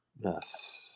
Yes